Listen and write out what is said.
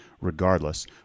regardless